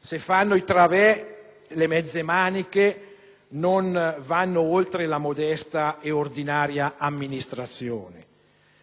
se fanno i *travet*, le mezze maniche, non vanno oltre la modesta ed ordinaria amministrazione;